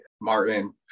martin